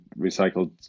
recycled